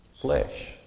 flesh